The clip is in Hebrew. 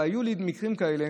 והיו לי מקרים כאלה.